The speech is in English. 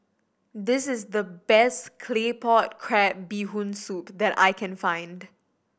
this is the best Claypot Crab Bee Hoon Soup that I can find